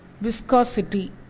Viscosity